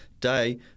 day